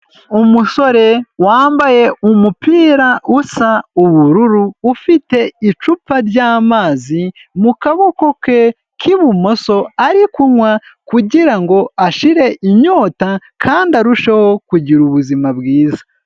Umusore wambaye umupira usa ubururu, ufite icupa ry'amazi mu kaboko ke k'ibumoso, ari kunywa kugira ngo ashire inyota kandi arusheho kugira ubuzima bwiza.